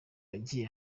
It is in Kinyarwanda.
yagiye